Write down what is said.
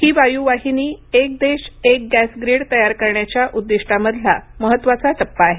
ही वायुवाहिनी एक देश एक गॅस ग्रिड तयार करण्याच्या उद्दीष्टामधला महत्त्वाचा टप्पा आहे